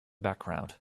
background